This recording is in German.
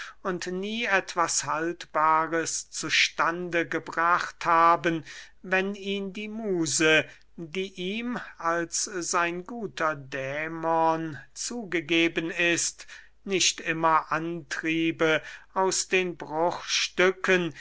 nie etwas haltbares zu stande gebracht haben wenn ihm die muse die ihm als sein guter dämon zugegeben ist nicht immer antriebe aus den bruchstücken